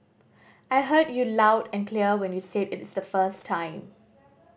I heard you loud and clear when you said it the first time